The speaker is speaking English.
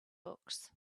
books